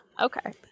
okay